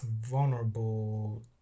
vulnerable